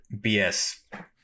BS